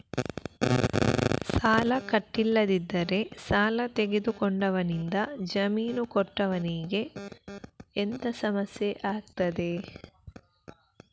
ಸಾಲ ಕಟ್ಟಿಲ್ಲದಿದ್ದರೆ ಸಾಲ ತೆಗೆದುಕೊಂಡವನಿಂದ ಜಾಮೀನು ಕೊಟ್ಟವನಿಗೆ ಎಂತ ಸಮಸ್ಯೆ ಆಗ್ತದೆ?